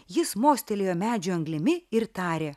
jis mostelėjo medžio anglimi ir tarė